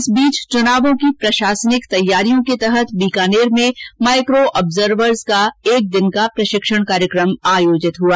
इस बीच चुनावों की प्रशासनिक तैयारियों के तहत बीकानेर में माइको ऑब्जवर का एक दिन का प्रशिक्षण कार्यक्रम आयोजित हुआ